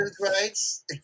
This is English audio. rights